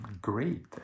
great